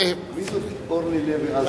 מי זאת אורלי לוי אזולאי?